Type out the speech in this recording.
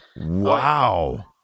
Wow